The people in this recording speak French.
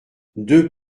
deux